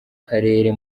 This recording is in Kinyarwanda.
karere